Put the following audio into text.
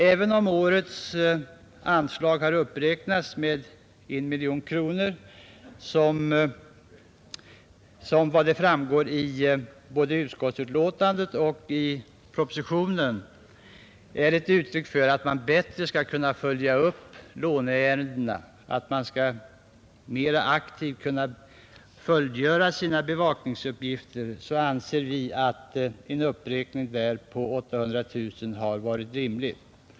Även om uppräkningen av årets anslag med 1 miljon kronor förenas med sådana villkor att det, enligt vad som framhålles både i propositionen och utskottsutlåtandet, skapas garantier för att låneärendena kan följas upp och bevakningsuppgifterna mer aktivt fullgöras, anser vi att en uppräkning med ytterligare 800 000 kronor hade varit rimlig.